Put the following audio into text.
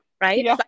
right